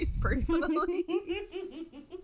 personally